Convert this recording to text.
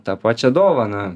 tą pačią dovaną